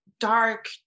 Dark